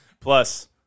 Plus